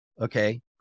okay